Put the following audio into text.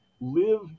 live